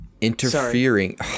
interfering